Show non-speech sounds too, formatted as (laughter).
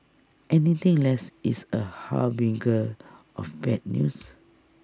anything less is A harbinger of bad news (noise)